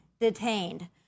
detained